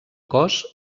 cos